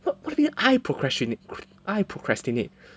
what what do you I procrastinate I procrastinate